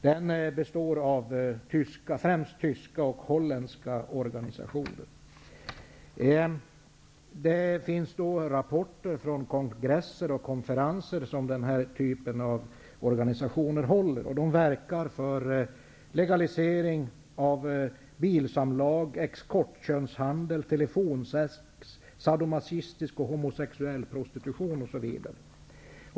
Denna lobby består framför allt tyska och holländska organisationer. Det finns rapporter från kongresser och konferenser som den här typen av organisationer håller. De verkar för legalisering av eskortkönshandel, telefonsex, sadomasochistisk och homosexuell prostitution, osv.